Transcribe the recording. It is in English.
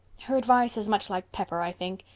her advice is much like pepper, i think.